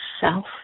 self